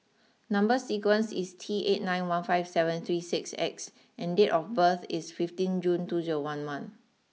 number sequence is T eight nine one five seven three six X and date of birth is fifteen June two zero one one